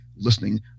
listening